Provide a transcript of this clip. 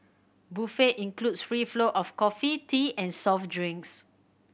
buffet includes free flow of coffee tea and soft drinks